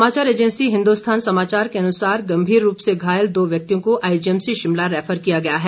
समाचार ऐजैंसी हिन्दुस्थान समाचार के अनुसार गंभीर रूप से घायल दो व्यक्तियों को आई जीएमसी शिमला रैफर किया गया है